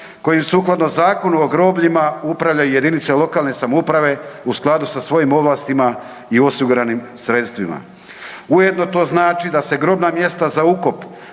kojima sukladno Zakonu o grobljima upravljaju jedinice lokalne samouprave u skladu sa svojim ovlastima i osiguranim sredstvima. Ujedno to znači da se grobna mjesta za ukop